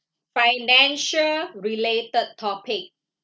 financial related topic